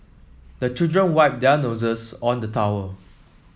the children wipe their noses on the towel